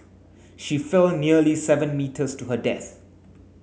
she fell nearly seven metres to her death